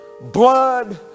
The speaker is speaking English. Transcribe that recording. blood